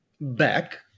back